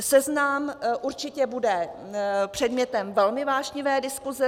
Seznam určitě bude předmětem velmi vášnivé diskuse.